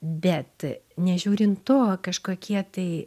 bet nežiūrint to kažkokie tai